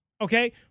okay